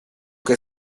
que